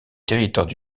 territoires